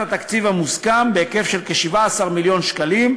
התקציב המוסכם בהיקף של כ-17 מיליון שקלים,